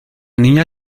niña